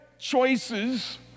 choices